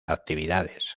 actividades